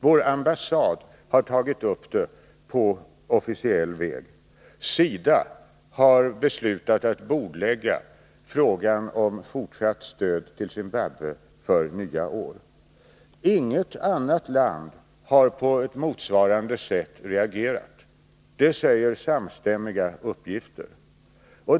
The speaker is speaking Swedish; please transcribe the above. Vår ambassad har tagit upp saken på officiell väg. SIDA har beslutat att bordlägga frågan om fortsatt stöd till Zimbabwe. Inget annat land har reagerat på ett motsvarande sätt. Det säger samstämmiga uppgifter.